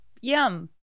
Yum